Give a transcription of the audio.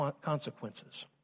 consequences